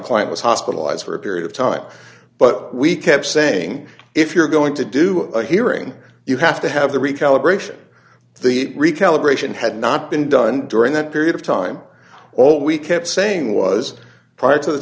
client was hospitalized for a period of time but we kept saying if you're going to do a hearing you have to have the recalibration the recalibration had not been done during that period of time all we kept saying was prior to the